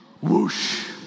Whoosh